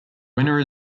winner